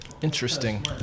Interesting